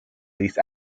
least